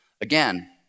Again